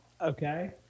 Okay